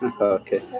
okay